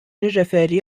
nirriferi